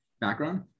background